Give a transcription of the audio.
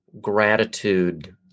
gratitude